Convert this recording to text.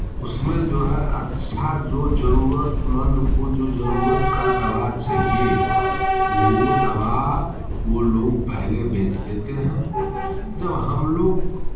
उसमें जो है अच्छा जो जरूरतमंद को जो जरूरत का दवा चाहिए वो दवा वो लोग पहले बेच देते हैं जब हम लोग